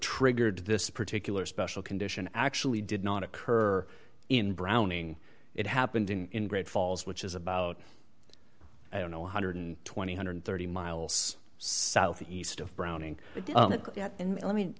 triggered this particular special condition actually did not occur in browning it happened in great falls which is about i don't know one hundred and twenty thousand one hundred and thirty miles southeast of browning and let me